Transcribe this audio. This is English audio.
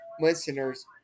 listeners